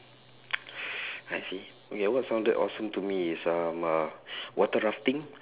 I see okay what sounded awesome to me is um uh water rafting